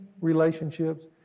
relationships